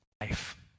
life